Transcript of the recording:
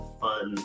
fun